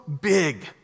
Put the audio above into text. big